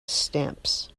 stamps